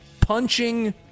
punching